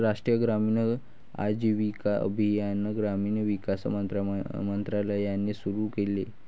राष्ट्रीय ग्रामीण आजीविका अभियान ग्रामीण विकास मंत्रालयाने सुरू केले